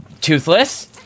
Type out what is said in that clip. toothless